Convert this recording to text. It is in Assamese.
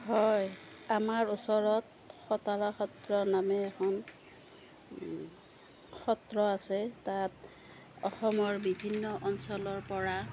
হয় আমাৰ ওচৰত সত্ৰৰ নামে এখন সত্ৰ আছে তাত অসমৰ বিভিন্ন অঞ্চলৰপৰা